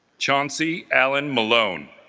chauncey alan malone